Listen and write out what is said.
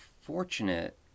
fortunate